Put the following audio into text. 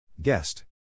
Guest